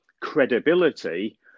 credibility